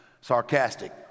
sarcastic